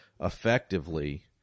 effectively